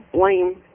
blame